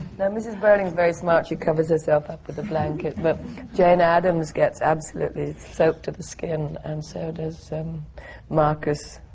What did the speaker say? no, mrs. burling's very smart, she covers herself up with a blanket. but jane addams get absolutely soaked to the skin, and so does um marcus.